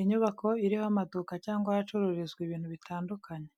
Inyubako iriho amaduka cyangwa ahacururizwa ibintu bitandukanye.